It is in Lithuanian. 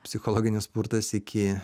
psichologinis smurtas iki